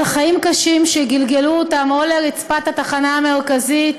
על חיים קשים שגלגלו אותם לרצפת התחנה המרכזית